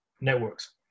networks